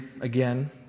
again